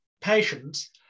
patients